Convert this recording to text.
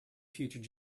future